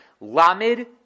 Lamed